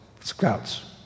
scouts